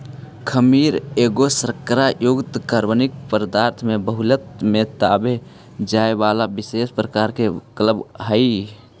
खमीर एगो शर्करा युक्त कार्बनिक पदार्थ में बहुतायत में पाबे जाए बला विशेष प्रकार के कवक हई